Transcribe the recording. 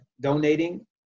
donating